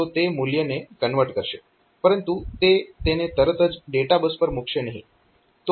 તો તે મૂલ્યને કન્વર્ટ કરશે પરંતુ તે તેને તરત જ ડેટાબસ પર મૂકશે નહીં